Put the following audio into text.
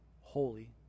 holy